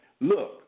look